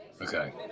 Okay